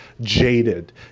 jaded